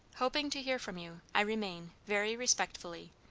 hoping to hear from you, i remain, very respectfully,